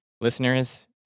Listeners